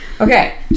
Okay